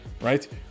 right